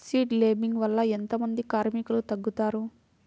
Seed లేంబింగ్ వల్ల ఎంత మంది కార్మికులు తగ్గుతారు?